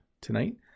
tonight